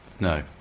No